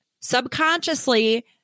subconsciously